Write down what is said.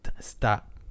Stop